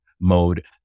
mode